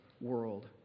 world